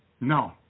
No